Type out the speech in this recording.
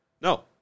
No